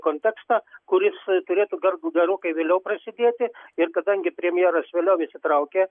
kontekstą kuris turėtų gerb gerokai vėliau prasidėti ir kadangi premjeras vėliau įsitraukė